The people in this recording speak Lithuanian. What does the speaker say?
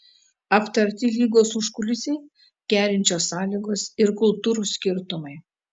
aptarti lygos užkulisiai kerinčios sąlygos ir kultūrų skirtumai